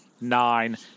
nine